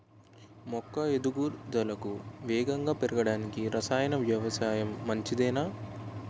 మొక్క ఎదుగుదలకు వేగంగా పెరగడానికి, రసాయన వ్యవసాయం మంచిదేనా?